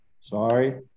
sorry